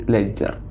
Ledger